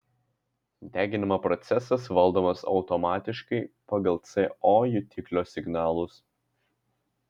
deginimo procesas valdomas automatiškai pagal co jutiklio signalus